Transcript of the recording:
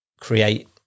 create